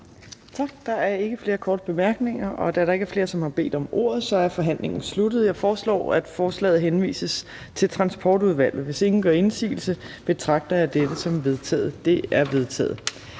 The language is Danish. Tak. Der er ikke flere korte bemærkninger. Da der ikke er flere, som har bedt om ordet, er forhandlingen sluttet. Jeg foreslår, at forslaget til folketingsbeslutning henvises til Transportudvalget. Hvis ingen gør indsigelse, betragter jeg dette som vedtaget. Det er vedtaget.